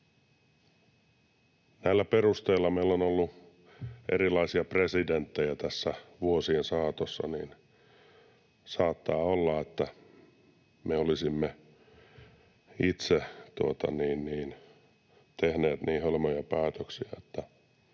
Sillä perusteella, että meillä on ollut erilaisia presidenttejä tässä vuosien saatossa, saattaa olla, että me olisimme itse tehneet niin hölmöjä päätöksiä, että